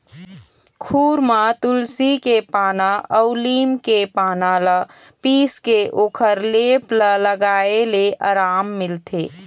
खुर म तुलसी के पाना अउ लीम के पाना ल पीसके ओखर लेप ल लगाए ले अराम मिलथे